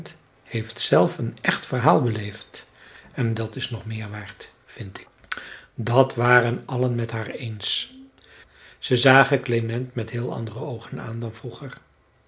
heeft zelf een echt verhaal beleefd en dat is nog meer waard vind ik dat waren allen met haar eens zij zagen klement met heel andere oogen aan dan vroeger